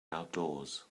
outdoors